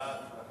סעיפים 1